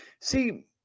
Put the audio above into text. See